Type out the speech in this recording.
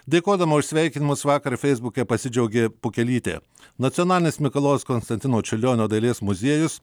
dėkodama už sveikinimus vakar feisbuke pasidžiaugė pukelytė nacionalinis mikalojaus konstantino čiurlionio dailės muziejus